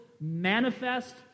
manifest